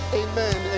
amen